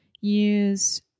use